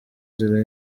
nzira